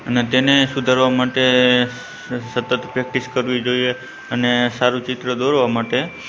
અને તેને સુધારવાં માટે સતત પ્રૅક્ટિસ કરવી જોઈએ અને સારું ચિત્ર દોરવાં માટે